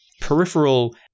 peripheral